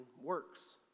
works